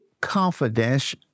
confidence